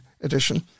edition